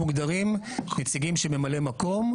מוגדרים נציגים של ממלא מקום.